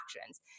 actions